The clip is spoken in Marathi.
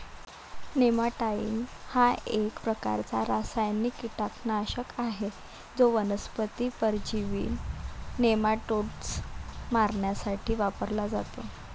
नेमॅटाइड हा एक प्रकारचा रासायनिक कीटकनाशक आहे जो वनस्पती परजीवी नेमाटोड्स मारण्यासाठी वापरला जातो